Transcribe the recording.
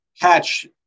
catch